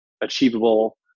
achievable